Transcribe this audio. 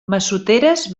massoteres